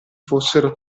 fossero